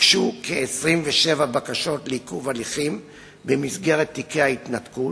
הוגשו כ-27 בקשות לעיכוב הליכים במסגרת תיקי ההתנתקות,